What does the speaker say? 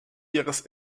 ihres